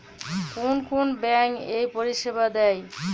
কোন কোন ব্যাঙ্ক এই পরিষেবা দেয়?